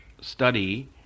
study